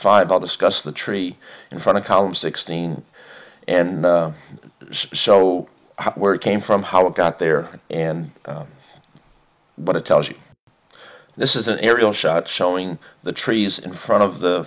five all discuss the tree in front of column sixteen and show where it came from how it got there and but it tells you this is an aerial shot showing the trees in front of the